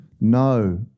no